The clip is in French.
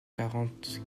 quarante